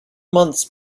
months